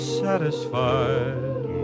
satisfied